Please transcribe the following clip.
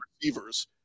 receivers